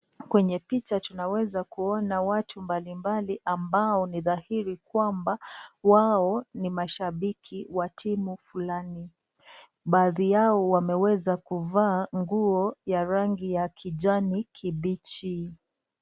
Kwenye picha tunaweza kuona watu mbali mbali ambao ni dhahili kwamba wao ni mashabiki wa timu fulani ,baadhi yao wameweza kuvaa nguo ya rangi ya kijani kibichi.